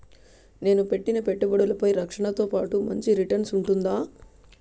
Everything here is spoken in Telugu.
నేను పెట్టిన పెట్టుబడులపై రక్షణతో పాటు మంచి రిటర్న్స్ ఉంటుందా?